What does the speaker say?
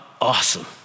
awesome